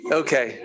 okay